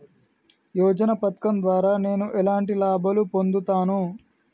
యోజన పథకం ద్వారా నేను ఎలాంటి లాభాలు పొందుతాను?